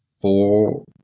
four